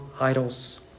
idols